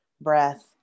breath